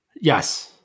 Yes